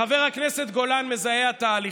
חבר הכנסת גולן מזהה התהליכים,